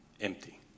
empty